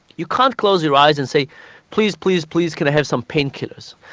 you can't close your eyes and say please, please, please, can i have some pain killers.